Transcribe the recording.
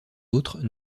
autres